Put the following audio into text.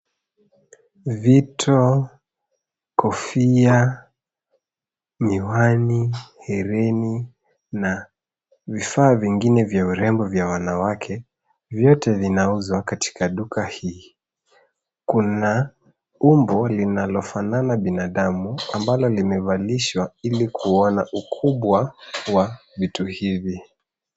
Vito, kofia, miwani , hereni na vifaa vingine vya urembo na vya wanawake, vyote vinauzwa katika duka hii. Kuna umbo linalofanana na binadamu ambalo limevalishwa ili kuona ukubwa wa vitu hivi.